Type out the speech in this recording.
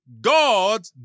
God